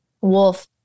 wolf